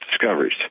discoveries